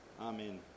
Amen